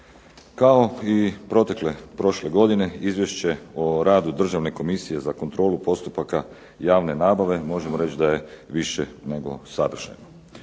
Kao i protekle, prošle godine Izvješće o radu Državne komisije za kontrolu postupaka javne nabave možemo reći da je više nego savršeno.